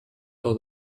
are